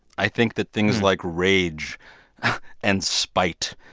i think that things like rage and spite,